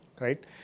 right